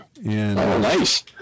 nice